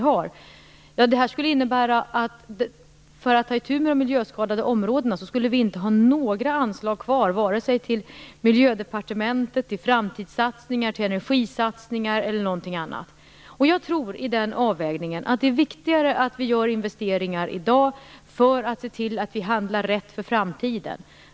Men om vi tar itu med de miljöskadade områdena skulle det innebära att vi inte skulle ha några anslag kvar till vare sig Miljödepartementet, framtidssatsningar, energisatsningar eller någonting annat. I den avvägningen tror jag att det är viktigare att vi gör investeringar i dag för att se till att vi handlar rätt inför framtiden.